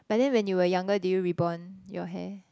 but then when you were younger did you rebond your hair